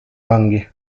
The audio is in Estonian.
vangi